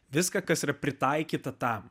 viską kas yra pritaikyta tam